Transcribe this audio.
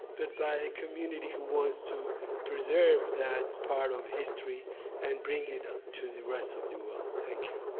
but by a community who wants to preserve that part of history and bring it ah to the rest of the world? thank you.